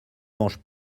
mange